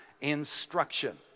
instruction